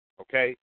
Okay